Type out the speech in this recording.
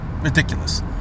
ridiculous